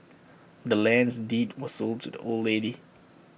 the land's deed was sold to the old lady